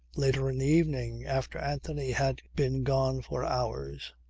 later in the evening, after anthony had been gone for hours,